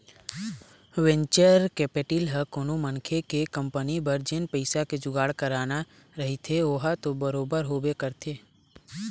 venture capital ह कोनो मनखे के कंपनी बर जेन पइसा के जुगाड़ कराना रहिथे ओहा तो बरोबर होबे करथे